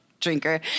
drinker